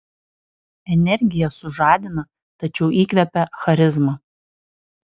energija sužadina tačiau įkvepia charizma